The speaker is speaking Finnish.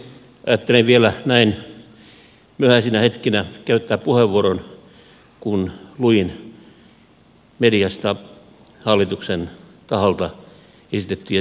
ajattelin vielä näin myöhäisinä hetkinä käyttää puheenvuoron kun luin mediasta hallituksen taholta kiistettiin